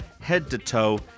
head-to-toe